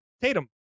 Tatum